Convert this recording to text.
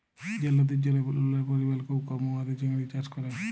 যে লদির জলে লুলের পরিমাল খুব কম উয়াতে চিংড়ি চাষ ক্যরা